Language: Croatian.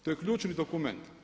To je ključni dokument.